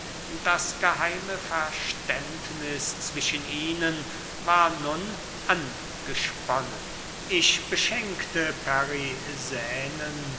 das geheime verständniß zwischen ihnen war nun angesponnen ich beschenkte